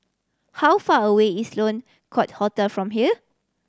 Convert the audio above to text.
how far away is Sloane Court Hotel from here